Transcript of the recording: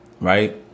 Right